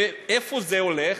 ואיפה זה הולך?